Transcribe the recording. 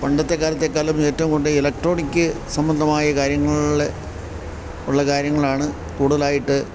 പണ്ടത്തെ കാലത്തേക്കാളിലും ഏറ്റവും കൂടുതല് ഇലക്ട്രോണിക് സംബന്ധമായ കാര്യങ്ങളില് ഉള്ള കാര്യങ്ങളാണ് കൂടുതലായിട്ട്